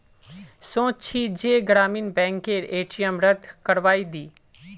सोच छि जे ग्रामीण बैंकेर ए.टी.एम रद्द करवइ दी